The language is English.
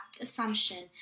Assumption